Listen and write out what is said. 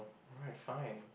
alright fine